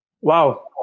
Wow